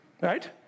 right